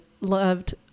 loved